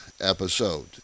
episode